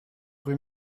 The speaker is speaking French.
rue